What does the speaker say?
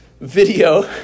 video